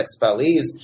expellees